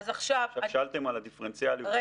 גם שאלתם על הדיפרנציאליות.